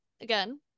again